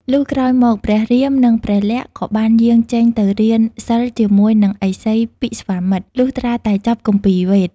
លុះក្រោយមកព្រះរាមនិងព្រះលក្សណ៍ក៏បានយាងចេញទៅរៀនសិល្ប៍ជាមួយនឹងឥសី ពិស្វាមិត្រ លុះត្រាតែចប់គម្ពីរវេទ។